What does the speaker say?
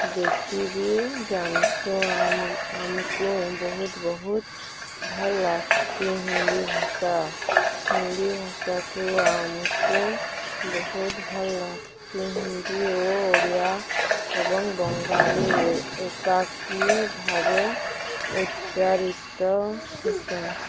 ଦେଖିବି ଜାନ୍ସୁଁ ଆ ଆମକୁ ବହୁତ ବହୁତ ଭଲ୍ ଲାଗ୍ସି ହିନ୍ଦୀ ଭାଷା ହିନ୍ଦୀ ଭାଷାକୁ ଆମକୁ ବହୁତ ଭଲ୍ ଲାଗ୍ସି ହିନ୍ଦୀ ଓ ଓଡ଼ିଆ ଏବଂ ବଙ୍ଗାଳୀ ଏକାକି ଭାବେ ଉଚ୍ଚାରିତ ହେସୁଁ